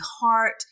heart